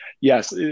yes